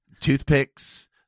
Toothpicks